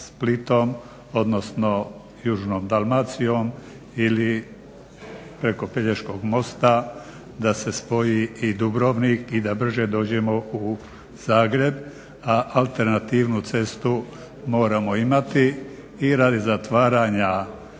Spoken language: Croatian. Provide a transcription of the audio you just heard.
sa Splitom, odnosno južnom Dalmacijom ili preko Pelješkog mosta da se spoji i Dubrovnik i da brže dođemo u Zagreb a alternativnu cestu moramo imati i radi zatvaranja